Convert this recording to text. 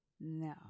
No